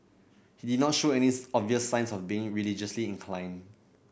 he did not show any obvious signs of being religiously inclined